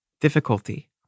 difficulty